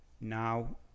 now